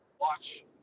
watch